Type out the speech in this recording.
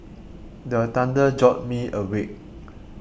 the thunder jolt me awake